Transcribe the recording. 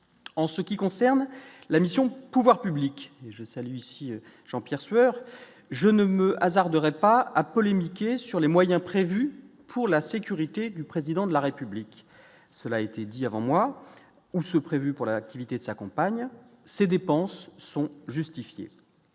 en ce qui concerne la mission, pouvoirs publics, je salue ici Jean-Pierre Sueur je ne me hasarderais pas à polémiquer sur les moyens prévus pour la sécurité du président de la République, cela a été dit avant moi ou ceux prévus pour l'activité de sa compagne, ces dépenses sont justifiées